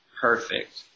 perfect